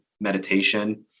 meditation